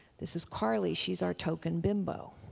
this is carly she's our token bimbo.